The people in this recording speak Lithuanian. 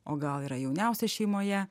o gal yra jauniausias šeimoje